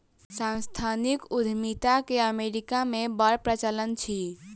सांस्थानिक उद्यमिता के अमेरिका मे बड़ प्रचलन अछि